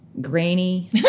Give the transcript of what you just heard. Granny